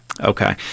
Okay